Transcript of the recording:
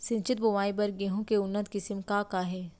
सिंचित बोआई बर गेहूँ के उन्नत किसिम का का हे??